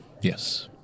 Yes